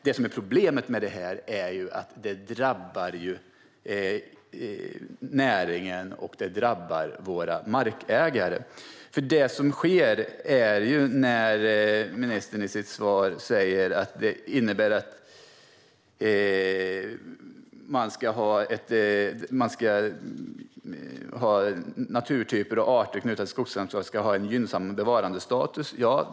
Men problemet med det här är att det drabbar näringen och våra markägare. Det sker nämligen saker när ministern i sitt svar säger att det innebär att naturtyper och arter knutna till skogslandskapet ska ha en gynnsam bevarandestatus.